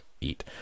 eat